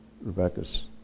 Rebecca's